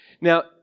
Now